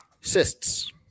Cysts